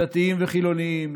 דתיים וחילונים,